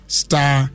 star